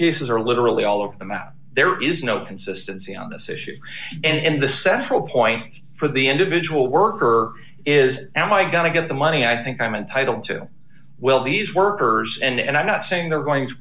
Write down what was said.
cases are literally all over the map there is no consistency on this issue and the sefl point for the individual worker is am i going to get the money i think i'm entitled to will these workers and i'm not saying they're going to